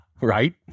right